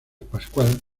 pascual